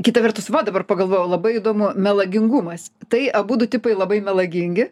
kita vertus va dabar pagalvojau labai įdomu melagingumas tai abudu tipai labai melagingi